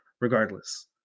regardless